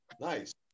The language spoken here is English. nice